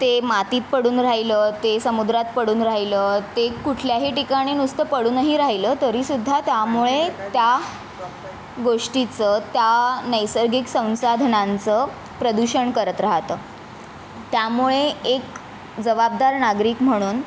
ते मातीत पडून राहिलं ते समुद्रात पडून राहिलं ते कुठल्याही ठिकाणी नुसतं पडूनही राहिलं तरीसुद्धा त्यामुळे त्या गोष्टीचं त्या नैसर्गिक संसाधनांचं प्रदूषण करत राहतं त्यामुळे एक जबाबदार नागरिक म्हणून